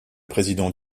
président